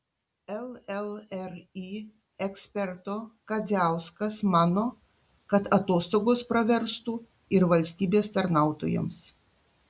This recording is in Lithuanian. llri eksperto kadziauskas mano kad atostogos praverstų ir valstybės tarnautojams